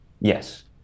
yes